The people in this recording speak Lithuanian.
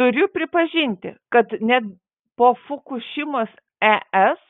turiu pripažinti kad net po fukušimos es